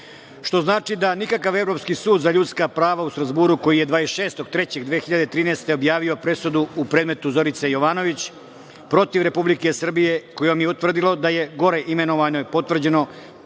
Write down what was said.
što znači da nikakav Evropski sud za ljudska prava u Strazburu koji je 26. marta 2013. godine objavio presudu u predmetu Zorice Jovanović protiv Republike Srbije kojom je utvrdio da je gore imenovanoj potvrđeno